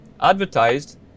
advertised